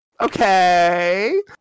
Okay